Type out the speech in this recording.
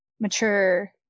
mature